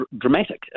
dramatic